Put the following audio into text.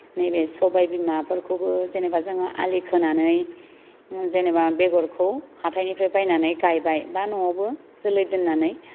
नैबे सबाय बिमाफोरखौबो जेनेबा जोङो आलि खोनानै जेनेबा बेगरखौ हाथायनिफ्राय बायनानै गायबाय बा न'आवबो जोलै दोननानै